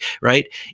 right